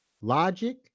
Logic